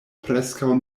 preskaŭ